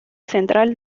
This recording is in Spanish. central